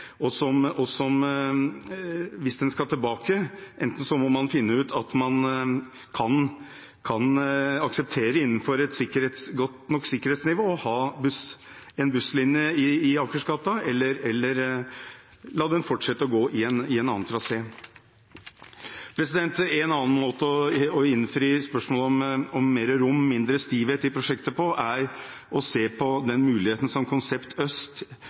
Hvis den skal tilbake, må man enten finne ut om man innenfor et godt nok sikkerhetsnivå kan akseptere å ha en busslinje i Akersgata, eller om man kan la den fortsette å gå i en annen trasé. En annen måte å innfri spørsmålet om mer rom og mindre stivhet i prosjektet på er å se på den muligheten som Konsept Øst